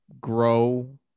grow